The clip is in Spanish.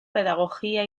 pedagogía